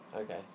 Okay